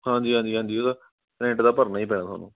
ਹਾਂਜੀ ਹਾਂਜੀ ਹਾਂਜੀ ਉਹਦਾ ਰੈਂਟ ਤਾਂ ਭਰਨਾ ਹੀ ਪੈਣਾ ਤੁਹਾਨੂੰ